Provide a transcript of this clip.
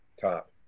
top